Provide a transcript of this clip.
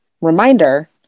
reminder